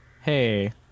Hey